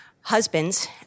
husbands